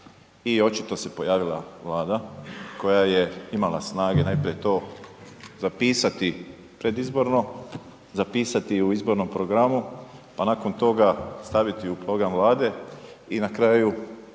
i očito se pojavila Vlada koja je imala snage najprije to zapisati predizborno, zapisati u izbornom programu, pa nakon toga staviti u program Vlade i na kraju